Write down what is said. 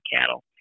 cattle